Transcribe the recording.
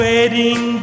Wedding